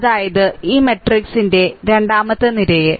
അതായതു ഈ മാട്രിക്സിന്റെ രണ്ടാമത്തെ നിരയെ